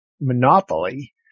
monopoly